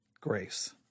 grace